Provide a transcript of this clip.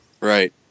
right